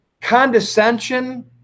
condescension